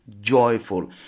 joyful